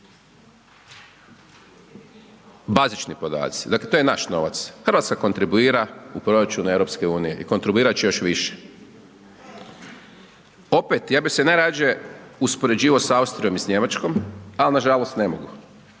bazični podaci, dakle, to je naš novac, RH kontribuira u proračunu EU i kontrobirat će još više. Opet, ja bi se najrađe uspoređivao sa Austrijom i Njemačkom, ali nažalost, ne mogu,